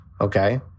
Okay